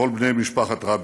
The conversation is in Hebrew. וכל בני משפחת רבין,